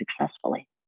successfully